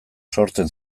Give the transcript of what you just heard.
sortzen